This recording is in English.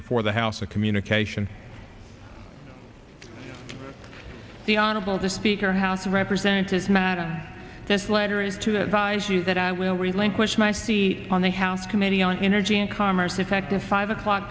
before the house of communication the honorable the speaker house of representatives madam this letter is to the size you that i will relinquish my seat on the house committee on energy and commerce effective five o'clock